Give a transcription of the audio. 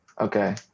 Okay